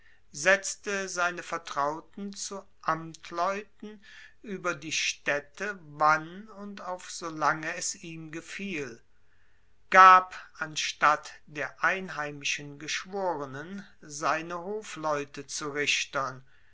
setzte seine vertrauten zu amtleuten ueber die staedte wann und auf so lange es ihm gefiel gab anstatt der einheimischen geschworenen seine hofleute zu richtern